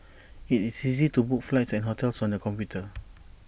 IT is easy to book flights and hotels on the computer